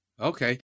Okay